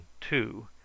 two